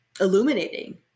illuminating